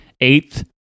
eighth